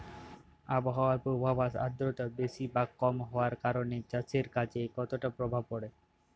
আবহাওয়ার পূর্বাভাসে আর্দ্রতা বেশি বা কম হওয়ার কারণে চাষের কাজে কতটা প্রভাব পড়ে?